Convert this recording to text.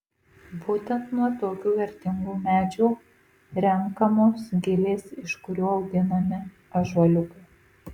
būtent nuo tokių vertingų medžių renkamos gilės iš kurių auginami ąžuoliukai